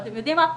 אתם יודעים מה?